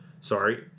Sorry